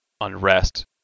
unrest